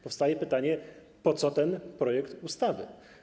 Powstaje więc pytanie, po co ten projekt ustawy.